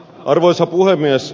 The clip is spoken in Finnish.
arvoisa puhemies